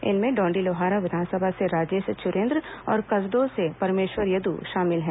इनमें डॉंडीलोहारा विधानसभा से राजेश चुरेंद्र और कसडोल से परमेश्वर यद शामिल हैं